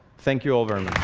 thank you all very